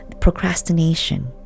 procrastination